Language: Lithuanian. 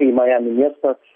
į majamio miestą